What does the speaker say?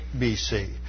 BC